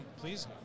Please